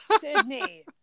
Sydney